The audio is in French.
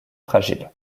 fragile